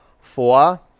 Four